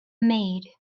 maid